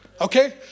Okay